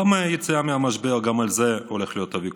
גם היציאה מהמשבר, גם על זה הולך להיות הוויכוח.